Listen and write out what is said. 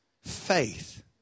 Faith